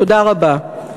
תודה רבה.